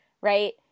right